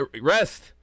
Rest